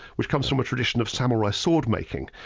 which comes from a tradition of samurai sword making,